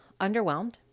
Underwhelmed